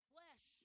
Flesh